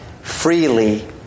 freely